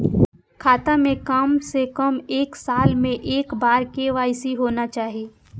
खाता में काम से कम एक साल में एक बार के.वाई.सी होना चाहि?